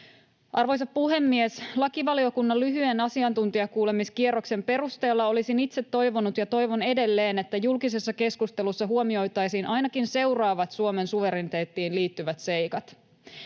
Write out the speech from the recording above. Arvoisa puhemies! Lakivaliokunnan lyhyen asiantuntijakuulemiskierroksen perusteella olisin itse toivonut ja toivon edelleen, että julkisessa keskustelussa huomioitaisiin ainakin seuraavat Suomen suvereniteettiin liittyvät seikat: